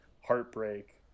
heartbreak